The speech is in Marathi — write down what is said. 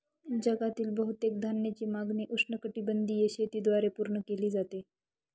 जगातील बहुतेक धान्याची मागणी उष्णकटिबंधीय शेतीद्वारे पूर्ण केली जाते